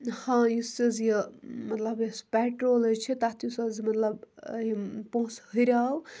ہاں یُس حظ یہِ مطلب یُس پٮ۪ٹرول حظ چھِ تَتھ یُس حظ مطلب یِم پونٛسہٕ ہُریٛو